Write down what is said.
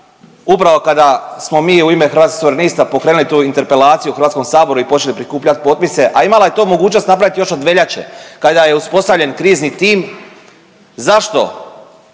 upravo kada smo mi u Hrvatskih suverenista pokrenuli tu interpelaciju u HS-u i počeli prikupljati potpise, a imala je to mogućnost napraviti još od veljače kada je uspostavljen krizni tim. Zašto